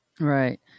Right